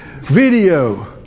video